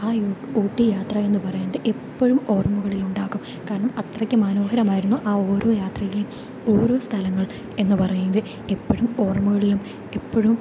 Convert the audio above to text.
ആ ഊട്ടി യാത്ര എന്ന് പറയുന്നത് എപ്പഴും ഓർമ്മകളിൽ ഉണ്ടാകും കാരണം അത്രക്ക് മനോഹരമായിരുന്നു ആ ഓരോ യാത്രയിലെയും ഓരോ സ്ഥലങ്ങൾ എന്ന് പറയുന്നത് എപ്പഴും ഓർമ്മകളിലും എപ്പഴും